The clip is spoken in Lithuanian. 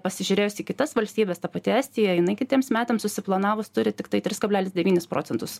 pasižiūrėjus į kitas valstybes ta pati estija jinai kitiems metams susiplanavus turi tiktai tris kablelis devynis procentus